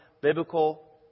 biblical